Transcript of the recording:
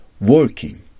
working